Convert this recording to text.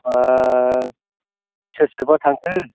सोर सोरबा थांखो